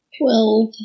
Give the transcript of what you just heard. Twelve